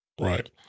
right